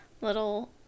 little